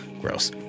gross